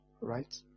right